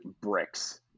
bricks